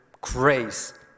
grace